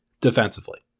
defensively